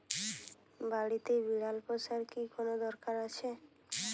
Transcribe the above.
বাড়িতে বিড়াল পোষার কি কোন দরকার আছে?